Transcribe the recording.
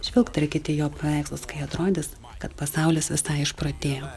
žvilgterėkite į jo paveikslus kai atrodys kad pasaulis visai išprotėjo